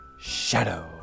shadow